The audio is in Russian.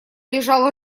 лежал